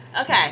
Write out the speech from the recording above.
Okay